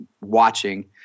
watching